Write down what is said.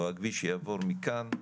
או הכביש יעבור מכאן,